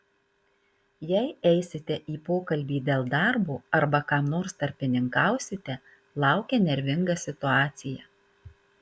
jei eisite į pokalbį dėl darbo arba kam nors tarpininkausite laukia nervinga situacija